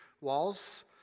walls